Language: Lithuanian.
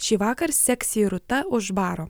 šįvakar seksy rūta už baro